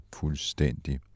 fuldstændig